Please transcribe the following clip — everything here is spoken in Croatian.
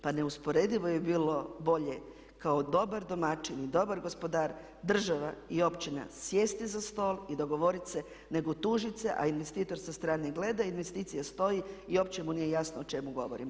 Pa neusporedivo je bilo bolje kao dobar domaćin i dobar gospodar država i općina sjesti za stol i dogovoriti se nego tužiti se, a investitor sa strane gleda, investicije stoje i uopće mu nije jasno o čemu govorimo.